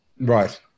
Right